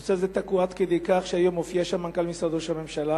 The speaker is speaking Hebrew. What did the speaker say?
הנושא הזה תקוע עד כדי כך שהיום הופיע שם מנכ"ל משרד ראש הממשלה